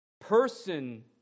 person